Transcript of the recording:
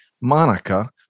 monica